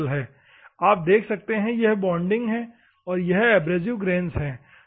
आप देख सकते है यह बॉन्डिंग है और यह एब्रेसिव ग्रेन्स है